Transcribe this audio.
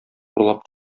урлап